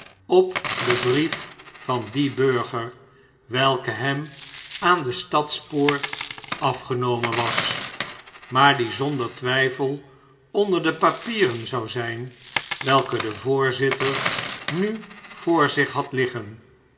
op den brief van dien burger welke hem aan de stadspoort afgenomen was maar die zonder twjjfel onder de papieren zou zjjn welke de voorzitter nu voor zich had liggen